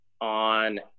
on